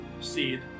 seed